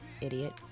Idiot